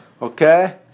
okay